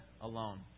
alone